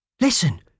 Listen